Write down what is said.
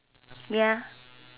ya